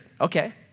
okay